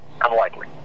unlikely